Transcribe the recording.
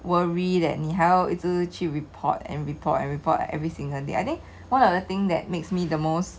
worry that 你还要一直去 report and report and report every single day I think one of the thing that makes me the most